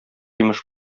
имеш